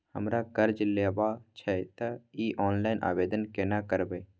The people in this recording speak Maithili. हमरा कर्ज लेबा छै त इ ऑनलाइन आवेदन केना करबै?